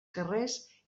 carrers